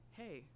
hey